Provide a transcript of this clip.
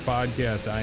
Podcast